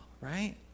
right